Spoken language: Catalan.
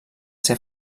ser